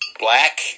Black